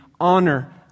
honor